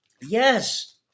Yes